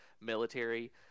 military